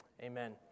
amen